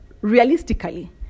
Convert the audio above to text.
realistically